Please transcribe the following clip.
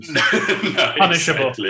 punishable